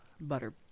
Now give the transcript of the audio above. butter